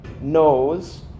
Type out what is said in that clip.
knows